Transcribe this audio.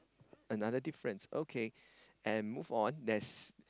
another difference okay and move on there's